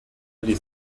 ari